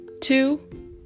two